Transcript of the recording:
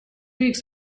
weeks